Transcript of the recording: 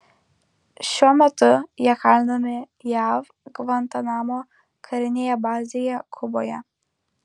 šiuo metu jie kalinami jav gvantanamo karinėje bazėje kuboje